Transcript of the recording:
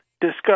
discuss